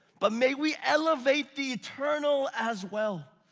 but may we elevate the eternal as well.